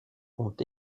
ont